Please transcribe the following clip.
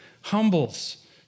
humbles